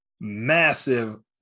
massive